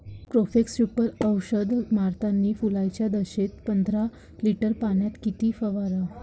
Profex Super औषध मारतानी फुलाच्या दशेत पंदरा लिटर पाण्यात किती फवाराव?